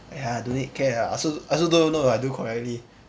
!aiya! don't need care ah I also I also don't know if I do correctly